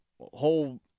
whole